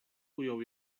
ujął